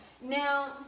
Now